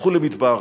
הפכו למדבר.